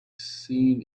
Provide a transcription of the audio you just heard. seen